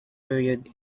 period